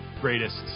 Greatest